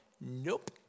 nope